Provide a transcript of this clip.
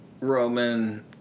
Roman